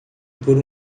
por